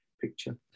picture